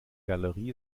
galerie